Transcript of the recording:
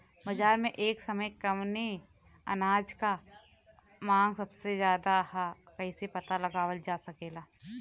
बाजार में एक समय कवने अनाज क मांग सबसे ज्यादा ह कइसे पता लगावल जा सकेला?